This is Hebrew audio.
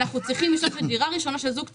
אנחנו צריכים לשאוף שדירה ראשונה של זוג צעיר,